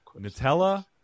Nutella